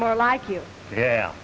more like you yeah